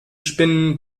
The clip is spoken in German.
spinnen